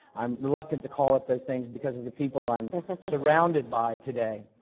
i'm reluctant to call it those things, because of the people i'm surrounded by today.